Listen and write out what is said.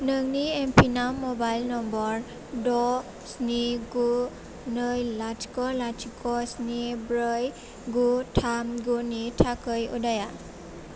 नोंनि एम पिना mobile number द' स्नि गु नै लाथिख' लाथिख' स्नि ब्रै गु थाम गुनि थाखाय उदाया